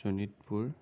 Sonitpur